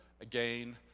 again